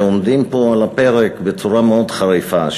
שעומדים פה על הפרק בצורה מאוד חריפה,